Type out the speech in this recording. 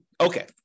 Okay